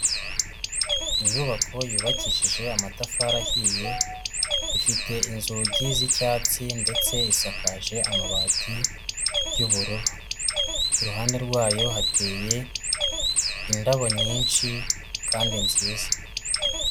Inyubako yubakishije amatafari ahiye, ifite inzugi z'icyatsi ndetse isakaje amabati y'ubururu, iruhande rwayo hateye indabo nyinshi kandi nziza.